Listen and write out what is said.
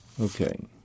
Okay